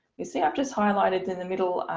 you see i've just highlighted in the middle,